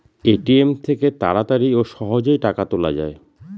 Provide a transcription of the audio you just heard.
ATM থেকে তাড়াতাড়ি ও সহজেই টাকা তোলা যায়